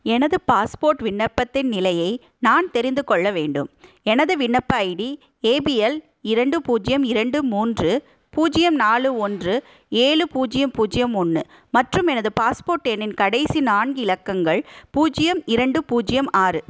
எனது பாஸ்போர்ட் விண்ணப்பத்தின் நிலையை நான் தெரிந்து கொள்ள வேண்டும் எனது விண்ணப்ப ஐடி ஏபிஎல் இரண்டு பூஜ்ஜியம் இரண்டு மூன்று பூஜ்ஜியம் நாலு ஒன்று ஏலு பூஜ்ஜியம் பூஜ்ஜியம் ஒன்னு மற்றும் எனது பாஸ்போர்ட் எண்ணின் கடைசி நான்கு இலக்கங்கள் பூஜ்ஜியம் இரண்டு பூஜ்ஜியம் ஆறு